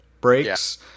breaks